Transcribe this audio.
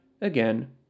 again